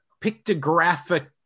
pictographic